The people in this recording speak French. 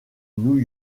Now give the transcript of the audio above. new